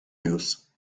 news